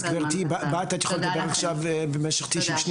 גברתי את יכולה לדבר במשך דקה.